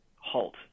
HALT